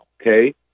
okay